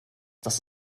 das